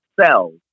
cells